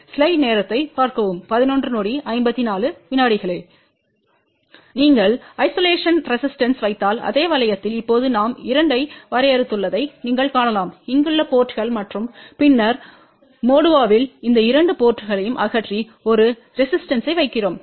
slide நேரத்தைப் பார்க்கவும் 1154 நீங்கள் ஐசோலேஷன் ரெசிஸ்டன்ஸ்பை வைத்தால் அதே வளையத்தில் இப்போது நாம் 2 ஐ வரையறுத்துள்ளதை நீங்கள் காணலாம் இங்குள்ள போர்ட்ங்கள் மற்றும் பின்னர் மோடுவாவில் இந்த இரண்டு போர்ட்ங்களை அகற்றி ஒரு ரெசிஸ்டன்ஸ்பை வைக்கிறோம்